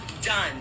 done